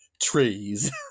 trees